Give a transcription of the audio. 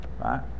right